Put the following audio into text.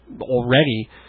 already